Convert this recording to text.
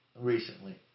recently